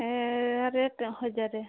ୟା rate ହଜାରେ